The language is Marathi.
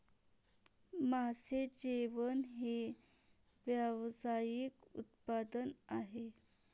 मासे जेवण हे व्यावसायिक उत्पादन आहे